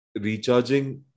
Recharging